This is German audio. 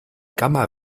gamma